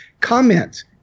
comment